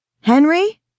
Henry